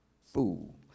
fool